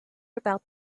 about